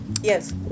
Yes